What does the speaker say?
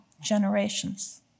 generations